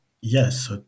yes